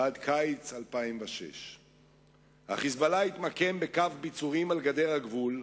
ועד קיץ 2006. ה"חיזבאללה" התמקם בקו ביצורים על גדר הגבול,